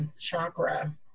chakra